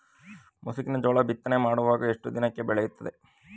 ಮುಸುಕಿನ ಜೋಳ ಬಿತ್ತನೆ ಮಾಡಿದ ಎಷ್ಟು ದಿನಕ್ಕೆ ಬೆಳೆಯುತ್ತದೆ?